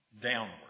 downward